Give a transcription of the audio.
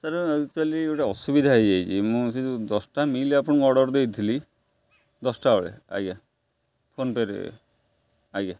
sir actually ଗୋଟେ ଅସୁବିଧା ହେଇଯାଇଛି ମୁଁ ସେ ଯେଉଁ ଦଶଟା ମିଲ୍ ଆପଣଙ୍କୁ ଅର୍ଡ଼ର ଦେଇଥିଲି ଦଶଟା ବେଳେ ଆଜ୍ଞା ଫୋନ୍ପେରେ ଆଜ୍ଞା